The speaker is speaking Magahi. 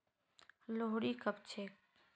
लोहड़ी कब छेक